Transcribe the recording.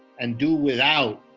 and do without,